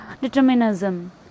determinism